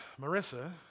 Marissa